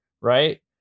right